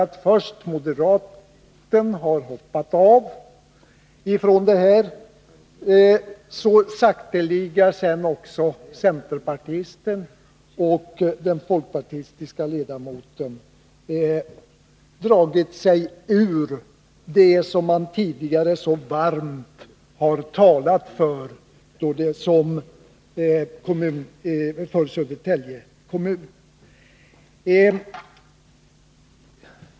Sedan först moderaten hoppat av, har så sakteliga också centerpartisten och folkpartiledamoten dragit sig ur det som de tidigare så varmt talat för som företrädare för Södertälje kommun.